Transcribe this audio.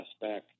back